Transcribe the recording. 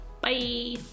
bye